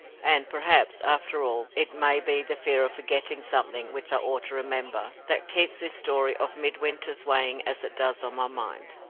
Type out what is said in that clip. and perhaps, after all, it may be the fear of forgetting something which i ought to remember that keeps this story of midwinter's weighing as it does on my mind.